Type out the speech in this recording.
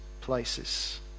places